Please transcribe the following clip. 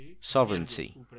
sovereignty